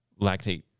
lactate